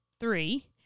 three